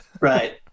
right